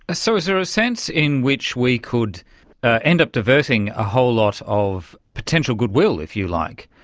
ah so is there a sense in which we could end up diverting a whole lot of potential goodwill, if you like,